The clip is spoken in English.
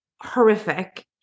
horrific